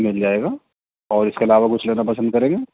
مل جائے گا اور اس کے علاوہ کچھ لینا پسند کریں گے